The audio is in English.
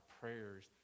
prayers